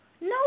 No